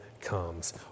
comes